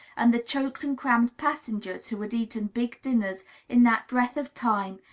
and the choked and crammed passengers, who had eaten big dinners in that breath of time,